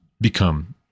become